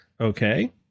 Okay